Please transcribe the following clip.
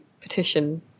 petition